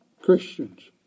Christians